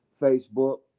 Facebook